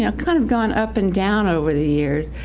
yeah kind of gone up and down over the years,